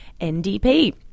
NDP